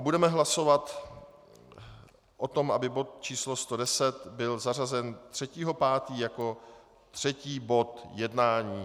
Budeme hlasovat o tom, aby bod číslo 110 byl zařazen 3. 5. jako třetí bod jednání.